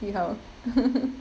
see how